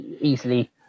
easily